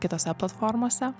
kitose platformose